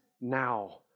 now